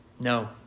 No